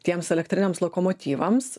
tiems elektriniams lokomotyvams